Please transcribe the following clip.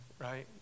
right